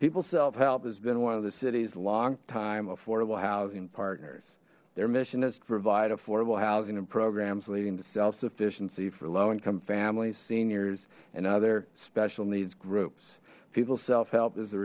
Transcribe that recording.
people self help has been one of the city's longtime affordable housing partners their mission is to provide affordable housing and programs leading to self sufficiency for low income families seniors and other special needs groups people self help is the